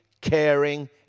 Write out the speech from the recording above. caring